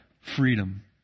freedom